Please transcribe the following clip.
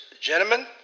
gentlemen